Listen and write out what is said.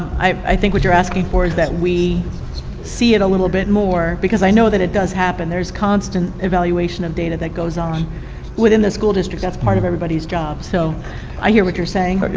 i i think what you're asking for is that we see it a little bit more, because i know that it does happen, there is constant evaluation of data that goes on within the school district, that's part of everybody's job, so i hear what you're saying. yeah, but the